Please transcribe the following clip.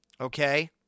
Okay